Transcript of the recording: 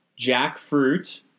jackfruit